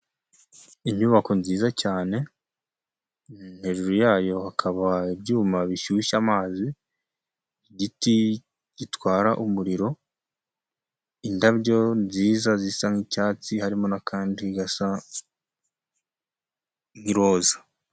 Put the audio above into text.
Inyubako nziza cyane, hejuru yayo hakaba ibyuma bishyushye amazi, igiti gitwara umuriro, indabyo nziza zisa nk'icyatsi, harimo n'akandi gasa nk'iroza.